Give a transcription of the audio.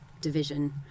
division